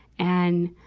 and,